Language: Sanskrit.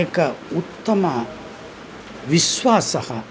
एक उत्तमविश्वासः